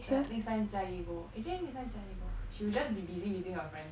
next time jia yi go actually next time jia yi go she will just be busy meeting her friend